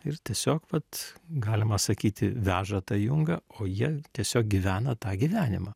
ir tiesiog vat galima sakyti veža tą jungą o jie tiesiog gyvena tą gyvenimą